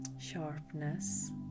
sharpness